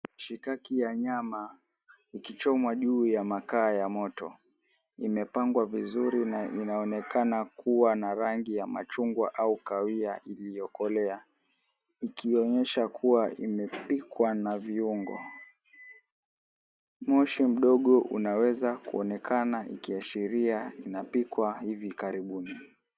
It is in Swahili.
Mishikaki ya nyama ikichomwa juu ya makaa ya moto imepangwa vizuri na inaonekana kuwa na rangi ya machungwa au kahawia iliyokolea ikionyesha kuwa imepikwa na viungo. Moshi mdogo unaweza kuonekana ikiashiria inapikwa hivi karibuni.